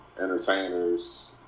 entertainers